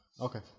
Okay